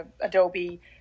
Adobe